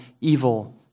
evil